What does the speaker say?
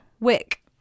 wick